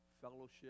fellowship